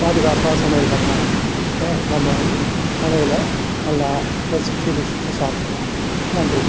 பாதுகாப்பாக சமையல் பண்ணலாம் ஏன் நம்ம வந்து சமையலை நல்லா ரசித்து ருசித்து சாப்பிட்லாம் நன்றி